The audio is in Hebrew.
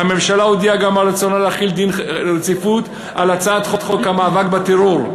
והממשלה הודיעה גם על רצונה להחיל דין רציפות על הצעת חוק המאבק בטרור.